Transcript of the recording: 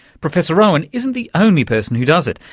professor roughan isn't the only person who does it,